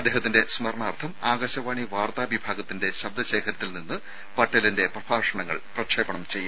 അദ്ദേഹത്തിന്റെ സ്മരണാർത്ഥം ആകാശവാണി വാർത്താ വിഭാഗത്തിന്റെ ശബ്ദശേഖരത്തിൽ നിന്ന് പട്ടേലിന്റെ പ്രഭാഷണങ്ങൾ പ്രക്ഷേപണം ചെയ്യും